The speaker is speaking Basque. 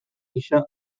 gisa